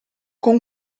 con